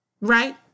Right